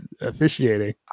officiating